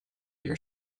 your